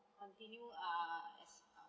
continue uh as a